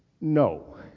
No